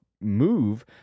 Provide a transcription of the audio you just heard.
move